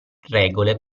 regole